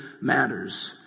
matters